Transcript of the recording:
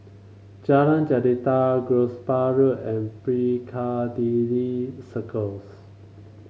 Jalan Jelita Gosport Road and Piccadilly Circus